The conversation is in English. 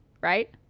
right